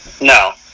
No